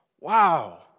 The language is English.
Wow